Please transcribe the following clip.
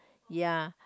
ya